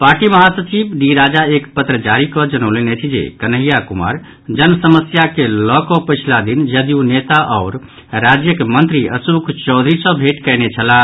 party महासचिव D Raja एक पत्र जारी कऽ जनौलनि अछि जे कन्हैया कुमार जन समस्या के लऽकऽ पछिला दिन जदयू नेता आओर राज्यक मंत्री अशोक चौधरी सॅ भेंट कयने छलाह